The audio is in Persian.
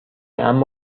اما